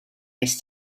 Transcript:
nes